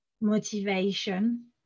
motivation